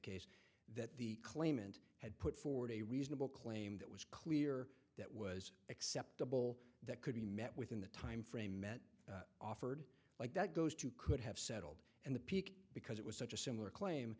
case that the claimant had put forward a reasonable claim that was clear that was acceptable that could be met within the timeframe met offered like that goes to could have settled and the peak because it was such a similar claim